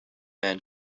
man